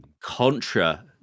Contra